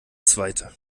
zweite